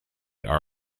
are